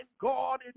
God